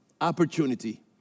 opportunity